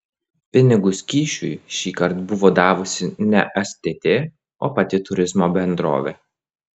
pinigus kyšiui šįkart buvo davusi ne stt o pati turizmo bendrovė